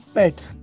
pets